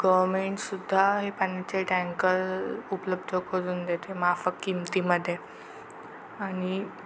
गव्हर्मेंटसुद्धा हे पाण्याचे टँकर उपलब्ध करून देते माफक किमतीमध्ये आणि